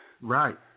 Right